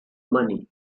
money